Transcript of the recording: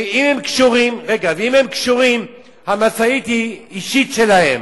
ואם הם קשורים, המשאית היא אישית שלהם